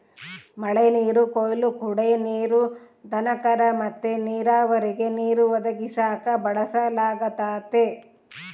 ಮಳೆನೀರು ಕೊಯ್ಲು ಕುಡೇ ನೀರು, ದನಕರ ಮತ್ತೆ ನೀರಾವರಿಗೆ ನೀರು ಒದಗಿಸಾಕ ಬಳಸಲಾಗತತೆ